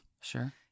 Sure